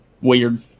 weird